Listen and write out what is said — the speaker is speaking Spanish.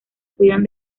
cuidan